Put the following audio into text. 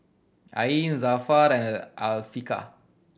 Ain Zafran and Afiqah